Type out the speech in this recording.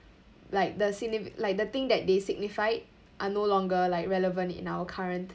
like the signifi~ like the thing that they signify are no longer like relevant in our current